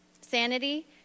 Sanity